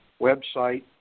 website